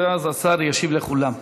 ואז השר ישיב לכולם.